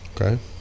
Okay